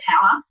power